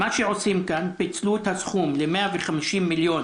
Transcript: מה שעושים כאן, פיצלו את הסכום ל-150 מיליון